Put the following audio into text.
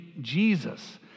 Jesus